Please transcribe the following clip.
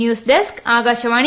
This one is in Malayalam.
news desk Akashvani